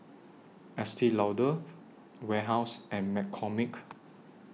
Estee Lauder Warehouse and McCormick